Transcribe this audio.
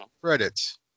credits